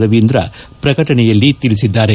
ರವೀಂದ್ರ ಪ್ರಕಟಣೆಯಲ್ಲಿ ತಿಳಿಸಿದ್ದಾರೆ